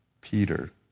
Peter